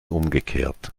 umgekehrt